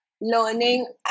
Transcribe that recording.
Learning